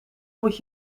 moet